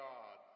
God